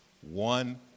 one